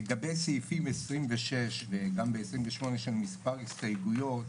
לגבי סעיפים 26 ו-28, יש שם מספר הסתייגויות.